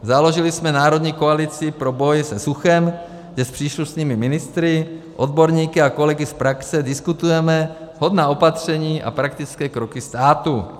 Založili jsme Národní koalici pro boj se suchem, kde s příslušnými ministry, odborníky a kolegy z praxe diskutujeme vhodná opatření a praktické kroky státu.